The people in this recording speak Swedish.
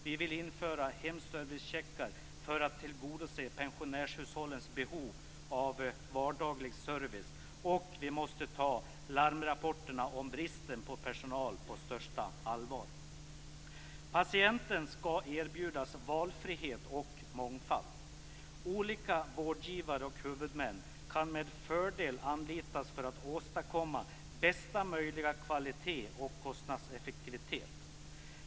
Vi vill införa hemservicecheckar för att tillgodose pensionärshushållens behov av vardaglig service. Och vi måste ta larmrapporterna om bristen på personal på största allvar. Patienten skall erbjudas valfrihet och mångfald. Olika vårdgivare och huvudmän kan med fördel anlitas för att man skall åstadkomma bästa möjliga kvalitet och kostnadseffektivitet.